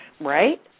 right